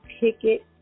ticket